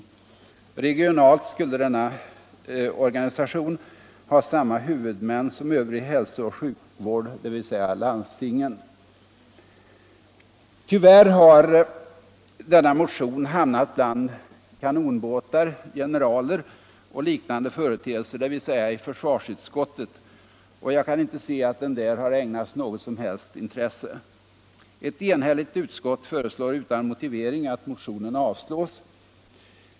Regionalt skulle denna organisation ha samma huvudmän som övrig hälsooch sjukvård, dvs. landstingen. Tyvärr har denna motion hamnat bland kanonbåtar, generaler och liknande företeelser, dvs. i försvarsutskottet, och jag kan inte se att den där har ägnats något som helst intresse. Ett enhälligt utskott föreslår utan motivering att motionen avslås.